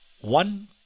one